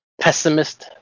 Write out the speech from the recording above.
pessimist